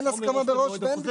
אין הסכמה מראש ואין בכתב.